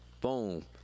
boom